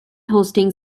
hosting